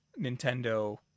Nintendo